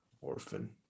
Orphan